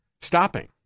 stopping